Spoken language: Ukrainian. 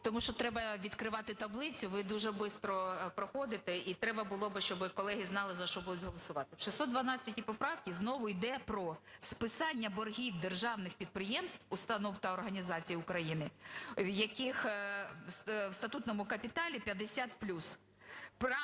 тому, що треба відкривати таблицю. Ви дуже бистро проходите, і треба було б, щоб колеги знали, за що будуть голосувати. В 612 поправці знову йде про списання боргів державних підприємств, установ та організацій України, в яких у статутному капіталі 50